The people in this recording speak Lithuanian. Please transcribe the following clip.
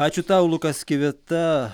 ačiū tau lukas kivita